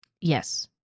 Yes